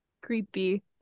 Creepy